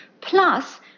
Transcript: Plus